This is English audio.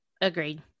Agreed